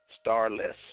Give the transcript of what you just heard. starless